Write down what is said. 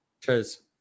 Cheers